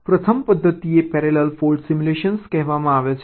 પ્રથમ પદ્ધતિને parallel fault simulation કહેવામાં આવે છે